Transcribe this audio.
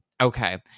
Okay